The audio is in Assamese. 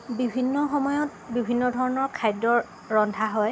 বিভিন্ন সময়ত বিভিন্ন ধৰণৰ খাদ্য ৰন্ধা হয়